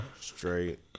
Straight